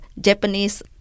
Japanese